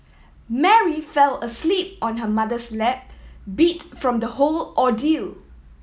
Mary fell asleep on her mother's lap beat from the whole ordeal